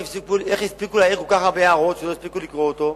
איך הספיקו להעיר כל הרבה הערות אם לא הספיקו לקרוא אותו?